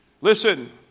Listen